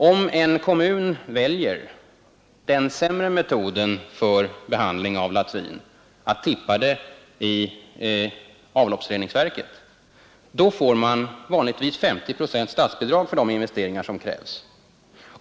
Om en kommun väljer den sämre metoden för behandling av latrin, att tippa det i avloppsreningsverket, då får man vanligtvis 50 procent i statsbidrag för de investeringar som krävs.